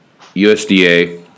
USDA